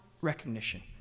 recognition